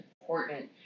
important